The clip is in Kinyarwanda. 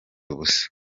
ubusa